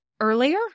earlier